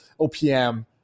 OPM